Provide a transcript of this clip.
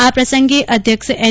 આ પ્રસંગે અધ્યક્ષ એન